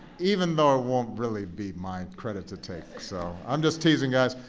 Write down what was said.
even though it won't really be my credit to take. so i'm just teasing, guys.